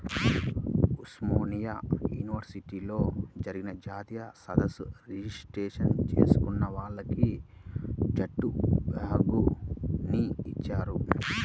ఉస్మానియా యూనివర్సిటీలో జరిగిన జాతీయ సదస్సు రిజిస్ట్రేషన్ చేసుకున్న వాళ్లకి జూటు బ్యాగుని ఇచ్చారు